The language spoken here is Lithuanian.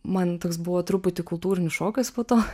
man toks buvo truputį kultūrinis šokas po to